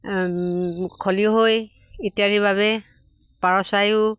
খলি হৈ ইত্যাদিৰ বাবে পাৰ চৰাইও